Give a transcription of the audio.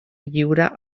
lliure